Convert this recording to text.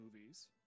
movies